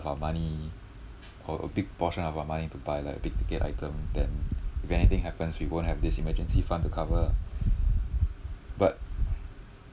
of our money or a big portion of our money to buy like big ticket item then if anything happens we won't have this emergency fund to cover lah but